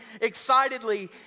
excitedly